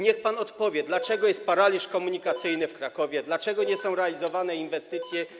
Niech pan odpowie, dlaczego jest paraliż komunikacyjny w Krakowie, dlaczego nie są realizowane inwestycje?